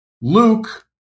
Luke